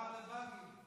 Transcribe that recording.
שר לבאגים.